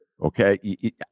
okay